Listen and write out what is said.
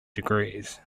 degrees